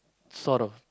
sort of